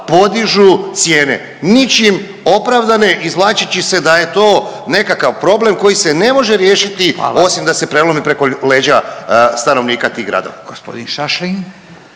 podižu cijene ničim opravdane izvlačeći se da je to nekakav problem koji se ne može riješiti osim da se prelomi preko leđa stanovnika tih gradova.